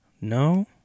No